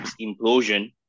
implosion